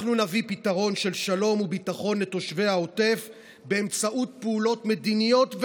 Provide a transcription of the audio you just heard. אנחנו נביא פתרון של שלום וביטחון לתושבי העוטף באמצעות פעולות מדיניות,